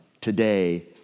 Today